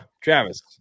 Travis